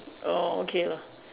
oh okay lah